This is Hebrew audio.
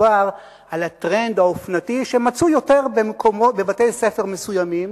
מדובר על הטרנד האופנתי שמצוי יותר בבתי-ספר מסוימים,